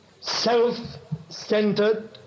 self-centered